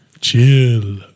chill